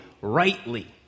rightly